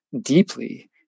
deeply